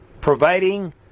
providing